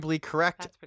correct